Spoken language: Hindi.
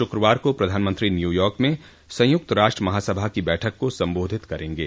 शुक्रवार को प्रधानमंत्री न्यूयॉर्क में संयुक्त राष्ट्र महासभा की बैठक को संबोधित करेंगे